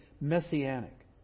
Messianic